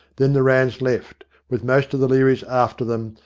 then the ranns left, with most of the learys after them,